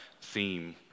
theme